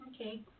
Okay